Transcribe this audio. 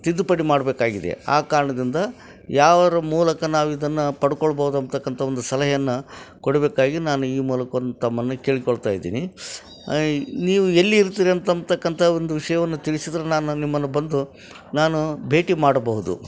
ತಿದ್ದುಪಡಿ ಮಾಡಬೇಕಾಗಿದೆ ಆ ಕಾರಣದಿಂದ ಯಾರ ಮೂಲಕ ನಾವು ಇದನ್ನು ಪಡ್ಕೊಳ್ಬೋದು ಅಂತಕ್ಕಂಥ ಒಂದು ಸಲಹೆಯನ್ನು ಕೊಡಬೇಕಾಗಿ ನಾನು ಈ ಮೂಲಕ ಒಂದು ತಮ್ಮನ್ನು ಕೇಳ್ಕೊಳ್ತಾ ಇದ್ದೀನಿ ನೀವು ಎಲ್ಲಿ ಇರ್ತೀರ ಅಂತ ಅಂತಕ್ಕಂಥ ಒಂದು ವಿಷ್ಯವನ್ನು ತಿಳ್ಸಿದ್ರೆ ನಾನು ನಿಮ್ಮನ್ನು ಬಂದು ನಾನು ಭೇಟಿ ಮಾಡಬಹುದು